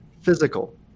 physical